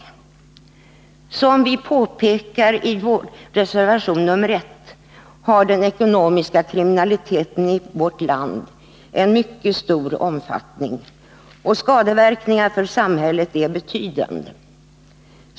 Som vi påpekar i vår reservation 1 har den ekonomiska kriminaliteten i vårt land en mycket stor omfattning, och skadeverkningarna för samhället är betydande.